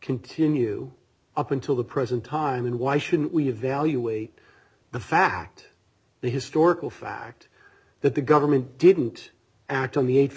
continue up until the present time and why shouldn't we evaluate the fact the historical fact that the government didn't act on the eight